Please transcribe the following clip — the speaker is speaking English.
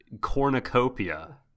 cornucopia